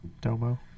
Domo